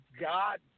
God